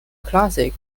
classic